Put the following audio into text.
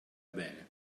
bene